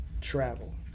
travel